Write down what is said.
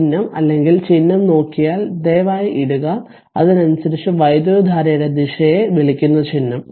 ചിഹ്നം അല്ലെങ്കിൽ ചിഹ്നം നോക്കിയാൽ ദയവായി നോക്കുക അതിനനുസരിച്ച് വൈദ്യുതധാരയുടെ ദിശയെ വിളിക്കുന്ന ചിഹ്നം